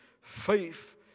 Faith